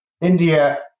India